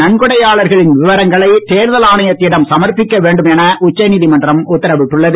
நன்கொடையாளர்களின் விவரங்களை தேர்தல் ஆணையத்திடம் சமர்ப்பிக்க வேண்டும் என உச்ச நீதிமன்றம் உத்தரவிட்டுள்ளது